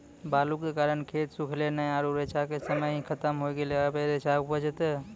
बालू के कारण खेत सुखले नेय आरु रेचा के समय ही खत्म होय गेलै, अबे रेचा उपजते?